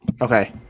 Okay